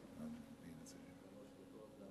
אני מכיר את השר אהרונוביץ ואני יודע איזה